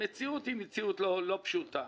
המציאות לא פשוטה.